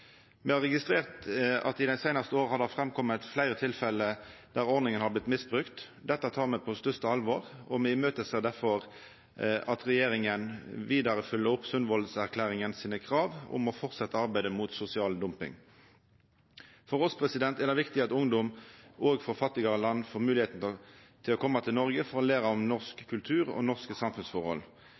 Me har registrert at i dei seinaste åra har det kome fram fleire tilfelle der ordninga har vorte misbrukt. Dette tek me på største alvor, og me ser difor fram til at regjeringa vidare følgjer opp krava i Sundvolden-erklæringa om å fortsetja arbeidet mot sosial dumping. For oss er det viktig at ungdom òg frå fattigare land får moglegheit til å koma til Noreg for å læra om norsk kultur og norske samfunnsforhold.